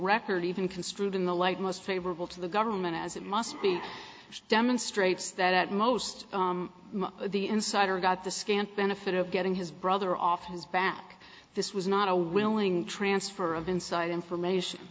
record even construed in the light most favorable to the government as it must be demonstrates that most of the insider got the scant benefit of getting his brother off his back this was not a willing transfer of inside information